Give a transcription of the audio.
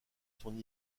son